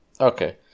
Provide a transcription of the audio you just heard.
Okay